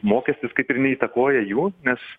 mokestis kaip ir neįtakoja jų nes